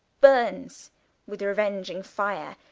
burnes with reuenging fire,